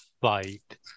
fight